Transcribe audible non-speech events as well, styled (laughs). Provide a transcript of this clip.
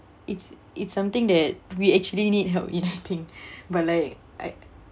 it's it's something that we actually need help in other (laughs) thing (breath) but like I